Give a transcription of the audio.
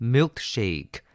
Milkshake